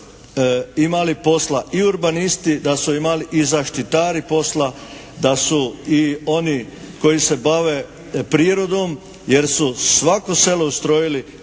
imali posla i urbanisti, da su imali i zaštitari posla, da su i oni koji se bave prirodom, jer su svako selo ustrojili